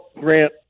Grant